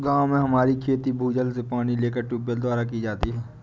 गांव में हमारी खेती भूजल से पानी लेकर ट्यूबवेल द्वारा की जाती है